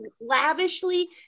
lavishly